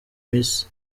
miss